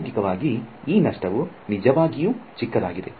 ಪ್ರಾಯೋಗಿಕವಾಗಿ ಈ ನಷ್ಟವು ನಿಜವಾಗಿಯೂ ಚಿಕ್ಕದಾಗಿದೆ